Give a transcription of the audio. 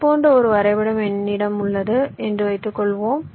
இது போன்ற ஒரு வரைபடம் என்னிடம் உள்ளது என்று வைத்துக்கொள்வோம்